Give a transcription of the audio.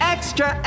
Extra